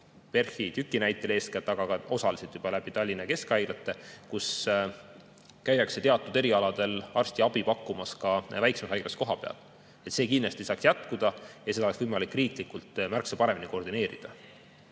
ja TÜK-i näitel, aga ka osaliselt juba Tallinna keskhaiglate puhul, kus käiakse teatud erialadel arstiabi pakkumas ka väiksemas haiglas kohapeal – see kindlasti ei saaks jätkuda ja seda oleks võimalik riiklikult märksa paremini koordineerida.